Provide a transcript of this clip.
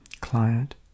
client